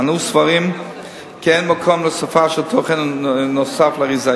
אנו סבורים כי אין מקום להוספה של תוכן נוסף על האריזה.